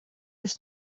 лишь